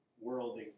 world